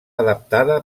adaptada